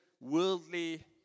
worldly